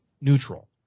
neutral